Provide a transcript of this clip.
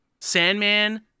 Sandman